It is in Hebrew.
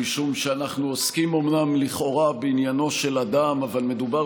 משום שאומנם אנחנו עוסקים לכאורה בעניינו של אדם אבל מדובר